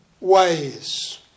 ways